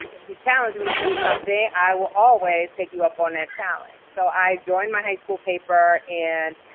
if you challenge me to do something, i will always take you up on that challenge. so i joined my high-school paper and